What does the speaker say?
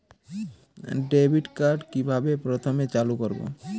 Debit card কিভাবে প্রথমে চালু করব?